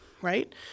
right